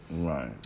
right